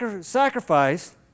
sacrifice